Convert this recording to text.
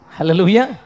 Hallelujah